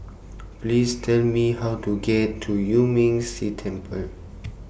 Please Tell Me How to get to Yuan Ming Si Temple